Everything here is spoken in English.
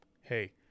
hey